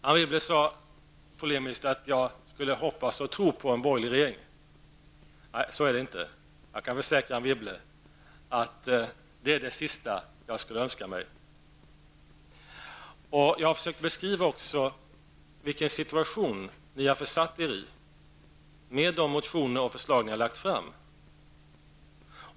Anne Wibble sade polemiskt att jag skulle hoppas och tro på en borgerlig regering. Så är det inte. Jag kan försäkra Anne Wibble att det är det sista jag skulle önska mig. Jag försökte beskriva vilkensituation ni har försatt er i med de motioner och de förslag som ni har lagt fram.